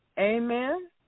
Amen